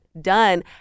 done